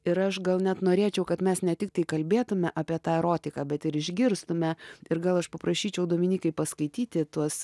ir aš gal net norėčiau kad mes ne tik tai kalbėtume apie tą erotiką bet ir išgirstume ir gal aš paprašyčiau dominykai paskaityti tuos